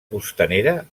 costanera